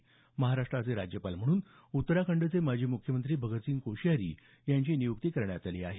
यामध्ये महाराष्ट्राचे नवे राज्यपाल म्हणून उत्तराखंडचे माजी मुख्यमंत्री भगतसिंग कोशियारी यांची नियुक्ती करण्यात आली आहे